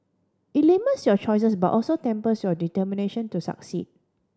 it limits your choices but also tempers your determination to succeed